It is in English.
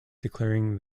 declaring